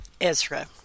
Ezra